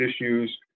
issues